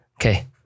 Okay